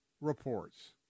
reports